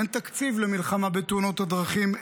אין תקציב למלחמה בתאונות הדרכים,